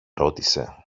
ρώτησε